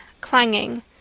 clanging